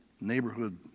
neighborhood